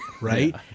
Right